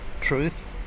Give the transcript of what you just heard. Truth